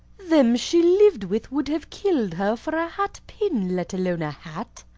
them she lived with would have killed her for a hat-pin, let alone a hat.